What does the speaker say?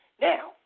Now